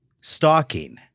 stalking